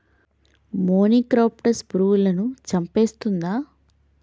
మొనిక్రప్టస్ పురుగులను చంపేస్తుందా?